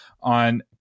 on